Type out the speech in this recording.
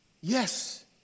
Yes